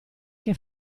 che